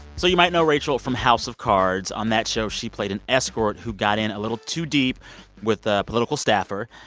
so might know rachel from house of cards. on that show, she played an escort who got in a little too deep with a political staffer.